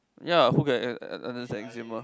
ya who can understand eczema